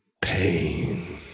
pain